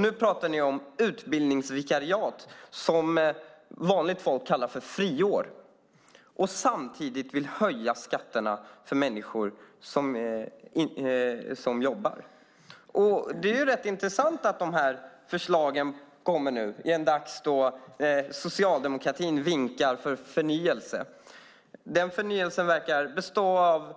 Nu talar ni om "utbildningsvikariat", som vanligt folk kallar för friår. Samtidigt vill ni höja skatterna för människor som jobbar. Det är rätt intressant att de förslagen kommer nu i en tid då Socialdemokraterna vinkar för förnyelse. Den förnyelsen verkar bestå av